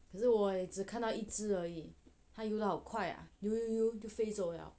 可是我也只看到一只而已它游得好快啊游游游就飞走了